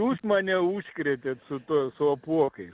jūs mane užkrėtėt su tuo su apuokais